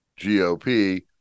GOP